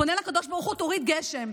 פונה לקדוש ברוך הוא: תוריד גשם.